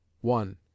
one